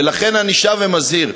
ולכן אני שב ומזהיר: